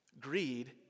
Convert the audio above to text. greed